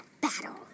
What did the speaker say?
Battle